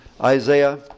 Isaiah